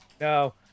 no